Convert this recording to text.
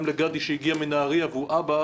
גם לגדי שהגיע מנהריה והוא אבא